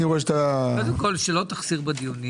רואה שאתה קודם כל שלא תחסיר בדיונים.